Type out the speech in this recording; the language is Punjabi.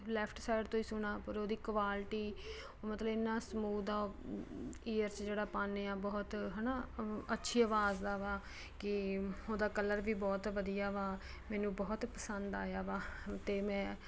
ਲੈਫਟ ਸੈਡ ਤੋਂ ਹੀ ਸੁਣਾਂ ਪਰ ਉਹਦੀ ਕੁਆਲਟੀ ਮਤਲਬ ਇੰਨਾ ਸਮੂਦ ਆ ਉਹ ਈਅਰ 'ਚ ਜਿਹੜਾ ਪਾਉਂਦੇ ਹਾਂ ਬਹੁਤ ਹੈ ਨਾ ਅੱਛੀ ਆਵਾਜ਼ ਦਾ ਵਾ ਕਿ ਉਹਦਾ ਕਲਰ ਵੀ ਬਹੁਤ ਵਧੀਆ ਵਾ ਮੈਨੂੰ ਬਹੁਤ ਪਸੰਦ ਆਇਆ ਵਾ ਅਤੇ ਮੈਂ